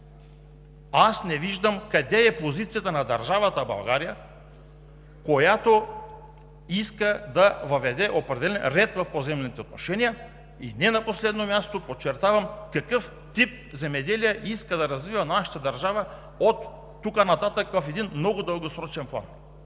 Не виждам къде е позицията на държавата България, която иска да въведе определен ред в поземлените отношения, и не на последно място, подчертавам, какъв тип земеделие иска да развива нашата държава оттук нататък в много дългосрочен план.